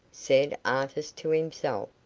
said artis to himself,